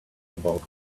about